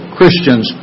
Christians